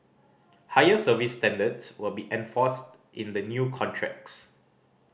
higher service standards will be enforced in the new contracts